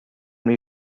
your